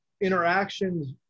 interactions